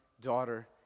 daughter